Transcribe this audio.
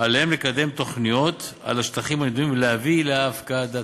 עליהם לקדם תוכניות על השטחים הנדונים ולהביא להפקדתן.